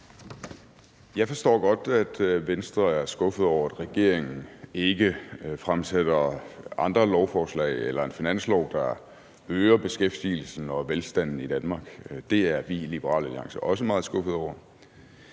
Jeg forstår godt, at Venstre er skuffet over, at regeringen ikke fremsætter andre lovforslag eller et finanslovsforslag, der øger beskæftigelsen og velstanden i Danmark. Det er vi i Liberal Alliance også meget skuffede over,